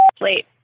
late